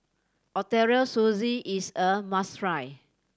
Ootoro Sushi is a must try